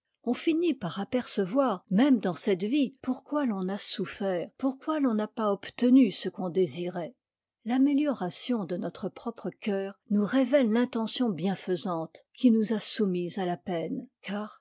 on finit par apercevoir même dans cette vie pourquoi l'on a souffert pourquoi l'on n'a pas obtenu ce qu'on désirait l'amélioration de notre propre cœur nous révèle l'intention bienfaisante qui nous a soumis à la peine car